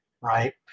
Right